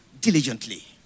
diligently